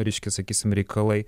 reiškia sakysim reikalai